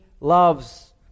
loves